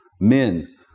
Men